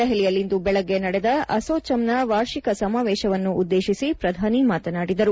ದೆಹಲಿಯಲ್ಲಿಂದು ಬೆಳಿಗ್ಗೆ ನಡೆದ ಅಸೋಚೆಮ್ನ ವಾರ್ಷಿಕ ಸಮಾವೇಶವನ್ನು ಉದ್ನೇಶಿಸಿ ಪ್ರಧಾನಿ ಮಾತನಾದಿದರು